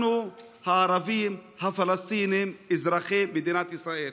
אנחנו הערבים הפלסטינים אזרחי מדינת ישראל.